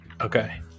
Okay